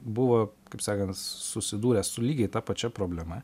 buvo kaip sakant susidūręs su lygiai ta pačia problema